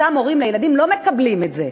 אותם הורים לילדים לא מקבלים את זה,